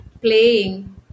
Playing